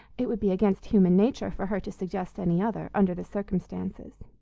it would be against human nature for her to suggest any other, under the circumstances.